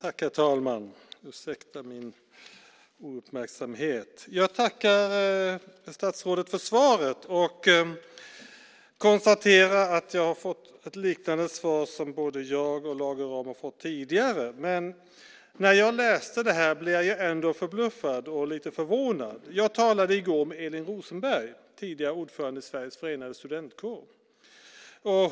Herr talman! Jag tackar statsrådet för svaret och konstaterar att jag har fått ett liknande svar som de som både jag och Lage Rahm har fått tidigare. Men när jag läste det här blev jag ändå förbluffad och lite förvånad. Jag talade i går med Elin Rosenberg, tidigare ordförande i Sveriges förenade studentkårer.